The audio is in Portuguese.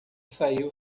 saiu